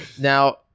Now